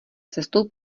cestou